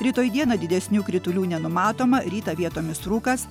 rytoj dieną didesnių kritulių nenumatoma rytą vietomis rūkas